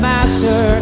Master